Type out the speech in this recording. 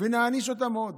ונעניש אותם עוד.